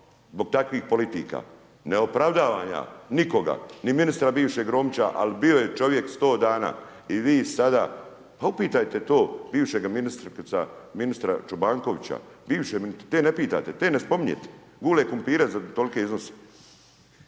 zbog takvih politika. Ne opravdavam ja nikoga, ni ministra bivšeg Romića ali bio je čovjek 100 dana i vi sada. Pa upitajte to bivšeg ministra Čobankovića, bivše ministre, te ne pitate, te ne spominjete, gule krumpire za tolike iznose.